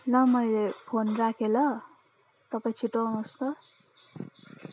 ल मैले फोन राखेँ ल तपाईँ छिटो आउनुहोस् त